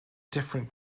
different